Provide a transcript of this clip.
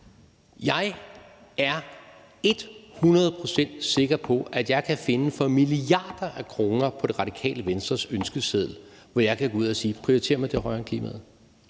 procent sikker på, at jeg kan finde for milliarder af kroner på Radikale Venstres ønskeseddel, hvor jeg kan spørge: Prioriterer man det højere end klimaet?